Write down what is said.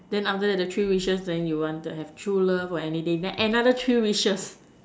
then after that the three wishes and you want true love or something then another three wishes